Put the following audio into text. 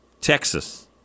Texas